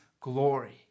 glory